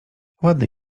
ładny